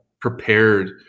prepared